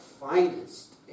finest